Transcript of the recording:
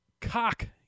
Cock